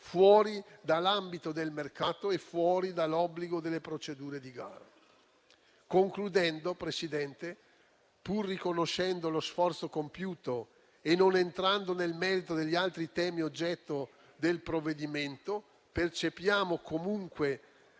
fuori dall'ambito del mercato e fuori dall'obbligo delle procedure di gara. Concludendo, Presidente, pur riconoscendo lo sforzo compiuto e non entrando nel merito degli altri temi oggetto del provvedimento, percepiamo comunque